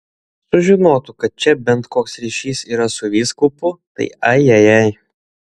sužinotų kad čia bent koks ryšys yra su vyskupu tai ajajai